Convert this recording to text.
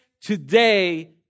today